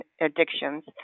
addictions